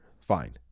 Fine